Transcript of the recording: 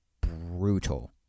brutal